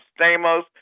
Stamos